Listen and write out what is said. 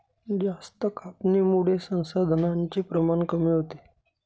जास्त कापणीमुळे संसाधनांचे प्रमाण कमी होते